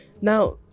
Now